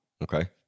okay